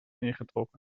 ingetrokken